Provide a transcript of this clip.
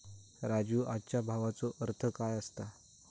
राजू, आजच्या भावाचो अर्थ काय असता?